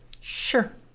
Sure